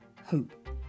hope